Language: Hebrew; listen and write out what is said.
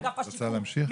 אגף השיקום,